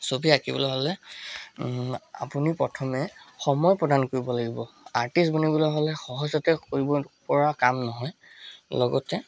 ছবি আঁকিবলৈ হ'লে আপুনি প্ৰথমে সময় প্ৰদান কৰিব লাগিব আৰ্ষ্টিট বনিবলৈ হ'লে সহজতে কৰিব পৰা কাম নহয় লগতে